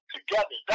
Together